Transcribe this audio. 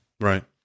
Right